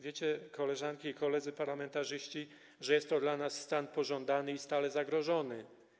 Wiecie, koleżanki i koledzy parlamentarzyści, że jest to dla nas stan pożądany i stale zagrożony.